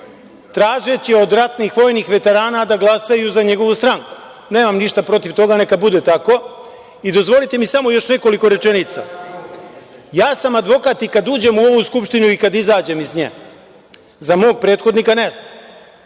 tražeći od ratnih vojnih veterana da glasaju za njegovu stranku. Nemam ništa protiv toga, neka bude tako i dozvolite mi samo još nekoliko rečenica. Ja sam advokat kad uđem u ovu Skupštinu i kad izađem iz nje. Za mog prethodnika ne znam.